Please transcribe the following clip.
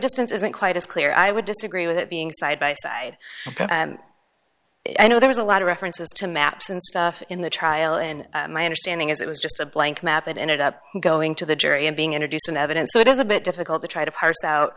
distance isn't quite as clear i would disagree with it being side by side i know there is a lot of references to maps and stuff in the trial and my understanding is it was just a blank map that ended up going to the jury and being introduced in evidence so it is a bit difficult to try to